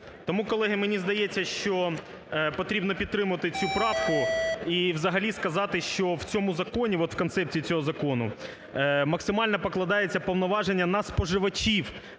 Тому, колеги, мені здається, що потрібно підтримати цю правку і взагалі сказати, що в цьому законі, от в концепції цього закону, максимально покладаються повноваження на споживачів